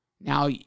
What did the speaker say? Now